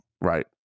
right